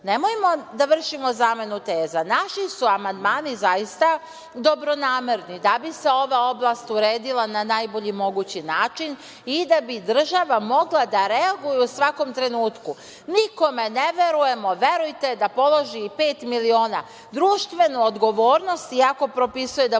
turista. Nemojmo da vršimo zamenu teza. Naši su amandmani zaista dobronamerni, da bi se ova oblast uredila na najbolji mogući način i da bi država mogla da reaguje u svakom trenutku. Nikome ne verujemo, verujte, da položi i pet miliona. Društvenu odgovornost, iako propisuje da moraju